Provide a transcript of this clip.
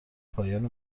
پایان